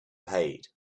paid